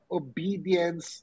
obedience